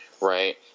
Right